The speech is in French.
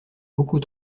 beaucoup